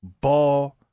Ball